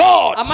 God